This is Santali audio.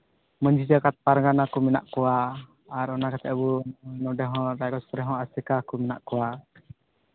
ᱢᱟᱹᱡᱷᱤ ᱡᱟᱠᱟᱛ ᱯᱟᱨᱜᱟᱱᱟ ᱠᱚ ᱢᱮᱱᱟᱜ ᱠᱚᱣᱟ ᱟᱨ ᱚᱱᱟ ᱠᱟᱛᱮᱜ ᱟᱵᱚ ᱱᱚᱰᱮᱦᱚᱸ ᱵᱷᱟᱨᱚᱛ ᱨᱮᱦᱚᱸ ᱟᱨ ᱪᱮᱠᱟ ᱠᱚ ᱢᱮᱱᱟᱜ ᱠᱚᱣᱟ